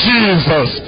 Jesus